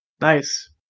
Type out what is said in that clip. Nice